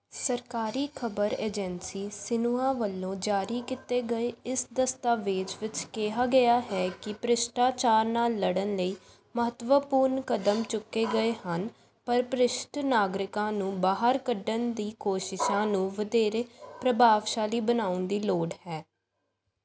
ਸਰਕਾਰੀ ਖ਼ਬਰ agency Xinhua ਵੱਲੋਂ ਜਾਰੀ ਕੀਤੇ ਗਏ ਇਸ ਦਸਤਾਵੇਜ਼ ਵਿੱਚ ਕਿਹਾ ਗਿਆ ਹੈ ਕਿ ਭ੍ਰਿਸ਼ਟਾਚਾਰ ਨਾਲ ਲੜਨ ਲਈ ਮਹੱਤਵਪੂਰਨ ਕਦਮ ਚੁੱਕੇ ਗਏ ਹਨ ਪਰ ਭ੍ਰਿਸ਼ਟ ਨਾਗਰਿਕਾਂ ਨੂੰ ਬਾਹਰ ਕੱਢਣ ਦੀਆਂ ਕੋਸ਼ਿਸ਼ਾਂ ਨੂੰ ਵਧੇਰੇ ਪ੍ਰਭਾਵਸ਼ਾਲੀ ਬਣਾਉਣ ਦੀ ਲੋੜ ਹੈ